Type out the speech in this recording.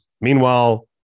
meanwhile